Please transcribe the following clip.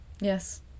yes